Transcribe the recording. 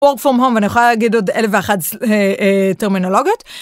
work from home ואני יכולה להגיד עוד אלף ואחת טרמינולוגיות.